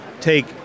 take